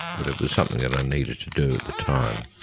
but it was something that i needed to do at the time.